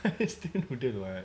it's still noodle [what]